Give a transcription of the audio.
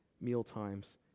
mealtimes